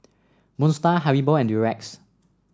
Moon Star Haribo and Durex